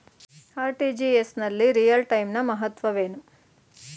RTGS ನಲ್ಲಿ real time ನ ಮಹತ್ವವೇನು?